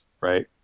right